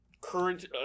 current